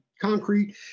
concrete